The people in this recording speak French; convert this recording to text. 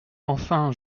enfin